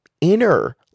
inner